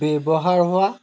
ব্যৱহাৰ হোৱা